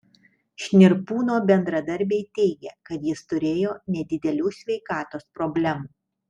šnirpūno bendradarbiai teigė kad jis turėjo nedidelių sveikatos problemų